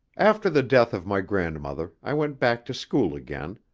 after the death of my grandmother, i went back to school again.